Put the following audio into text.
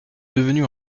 devenu